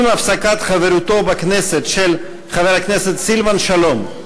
עם הפסקת חברותו בכנסת של חבר הכנסת סילבן שלום,